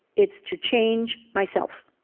it's to change myself.